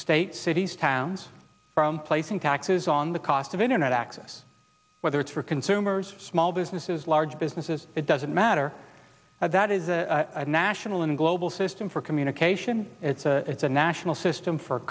states cities towns from placing taxes on the cost of internet access whether it's for consumers small businesses large businesses it doesn't matter that is a national and global system for communication as a national system for